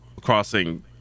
crossing